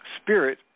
Spirit